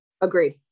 Agreed